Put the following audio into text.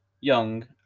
young